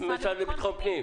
והמשרד לביטחון פנים.